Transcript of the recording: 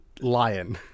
lion